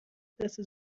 دست